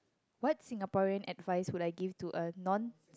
what Singaporean advice would I give to us none